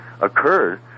occurred